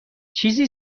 چیزی